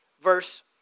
verse